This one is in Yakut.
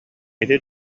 ити